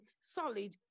solid